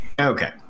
Okay